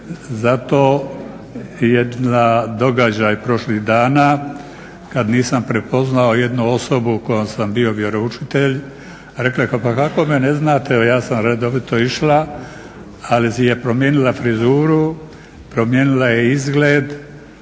Zato jedan događaj prošlih dana kad nisam prepoznao jednu osobu kojoj sam bio vjeroučitelj. Rekla je pa kako me ne znate, ja sam redovito išla. Ali je promijenila frizuru, promijenila je izgled.